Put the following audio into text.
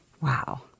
Wow